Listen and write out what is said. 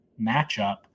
matchup